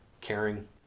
caring